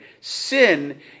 Sin